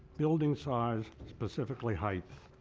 building size specifically height.